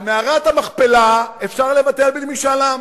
על מערת המכפלה אפשר לוותר בלי משאל עם.